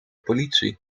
politie